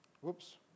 Whoops